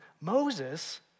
Moses